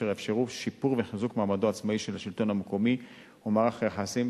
אשר יאפשרו שיפור וחיזוק של מעמדו העצמאי של השלטון המקומי ומערך היחסים